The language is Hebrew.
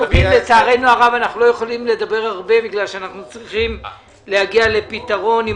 לצערנו הרב אנחנו לא יכולים לדבר הרבה כי אנחנו צריכים להגיע לפתרון עם